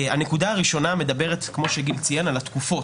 כמו שגיל ציין, הנקודה הראשונה מדברת על התקופות.